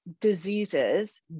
diseases